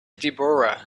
deborah